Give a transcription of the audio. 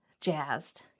jazzed